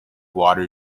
water